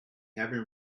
haven’t